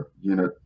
unit